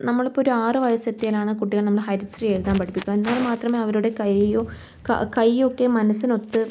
നമ്മളിപ്പോൾ ഒരാറ് വയസ്സ് എത്തിയാലാണ് കുട്ടികളെ നമ്മള് ഹരിശ്രീ എഴുതാൻ പഠിപ്പിക്കുക എന്നാൽ മാത്രമേ അവരുടെ കയ്യും ക കയ്യും ഒക്കെ മനസ്സിനൊത്ത്